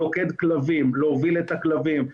לוכד כלבים להוביל את הכלבים,